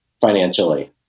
financially